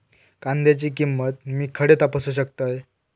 कांद्याची किंमत मी खडे तपासू शकतय?